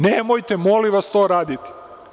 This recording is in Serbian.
Nemojte molim vas to raditi.